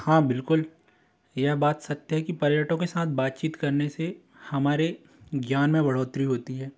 हाँ बिल्कुल यह बात सत्य है कि पर्यटकों के साथ बातचीत करने से हमारे ज्ञान में बढ़ोत्री होती है